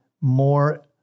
more